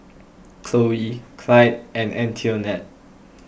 Cloe Clide and Antionette